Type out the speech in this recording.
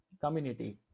community